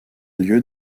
lieu